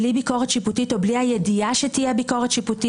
בלי ביקורת שיפוטית או בלי הידיעה שתהיה ביקורת שיפוטית?